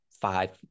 five